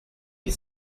ils